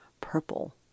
purple